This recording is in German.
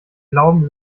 glauben